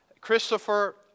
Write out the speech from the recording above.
Christopher